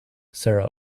sarah